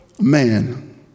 man